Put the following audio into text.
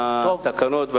התקנות,